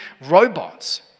robots